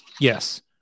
Yes